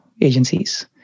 agencies